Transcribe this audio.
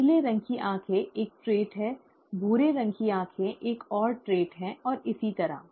नीले रंग की आंखें एक ट्रेट है भूरे रंग की आंखें एक और ट्रेट है और इसी तरह